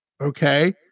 okay